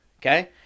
okay